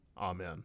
Amen